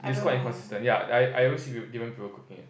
it's quite inconsistent yeah I I always see different people cooking it